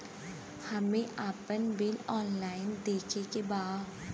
हमे आपन bill online देखे के बा?